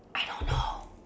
I don't know